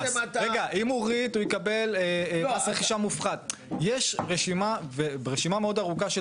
אם הוא ריט הוא יקבל מס רכישה מופחת יש רשימה מאוד ארוכה של